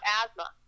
asthma